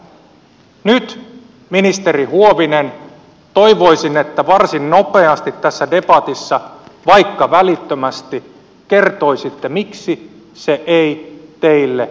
nyt ministeri huovinen toivoisin että varsin nopeasti tässä debatissa vaikka välittömästi kertoisitte miksi se ei teille käy